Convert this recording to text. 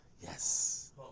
Yes